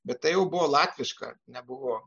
bet tai jau buvo latviška nebuvo